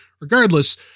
Regardless